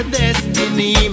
destiny